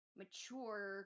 mature